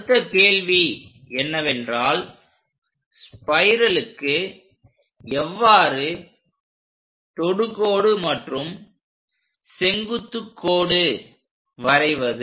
அடுத்த கேள்வி என்னவென்றால்ஸ்பைரலுக்கு எவ்வாறு தொடுகோடு மற்றும் செங்குத்துகோடு வரைவது